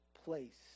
place